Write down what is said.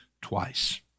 twice